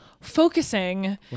focusing